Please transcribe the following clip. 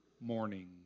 morning